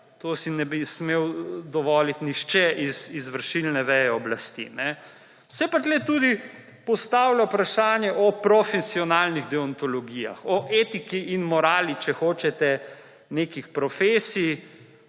se ne bi smel dovoliti nihče iz izvršilne veje oblasti. Se pa tukaj tudi postavlja vprašanje o profesionalnih deontologijah, o etiki in morali, če hočete nekih profesij,